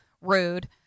rude